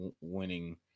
winning